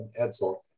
Edsel